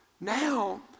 Now